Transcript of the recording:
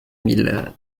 mille